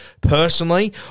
Personally